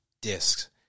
discs